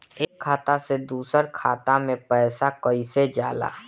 एक खाता से दूसर खाता मे पैसा कईसे जाला?